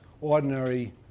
ordinary